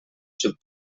xup